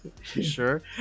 sure